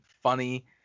funny